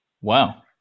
Wow